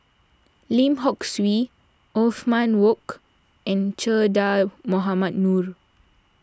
Lim Hock Siew Othman Wok and Che Dah Mohamed Noor